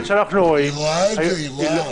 היא רואה את זה.